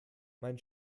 mein